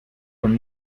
von